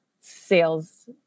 sales